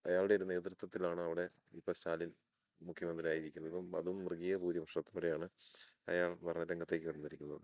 അയാളുടെ ഒരു നേതൃത്വത്തിലാണ് അവിടെ ഇപ്പം സ്റ്റാലിൻ മുഖ്യമന്ത്രി ആയിരിക്കുന്നതും അതും മൃഗിയ ഭൂരിഭഷത്തോടെയാണ് അയാൾ ഭരണ രംഗത്തേക്ക് കടന്നിരിക്കുന്നതും